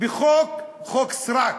בחוק סרק.